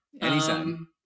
Anytime